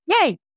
Yay